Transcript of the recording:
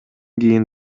кийин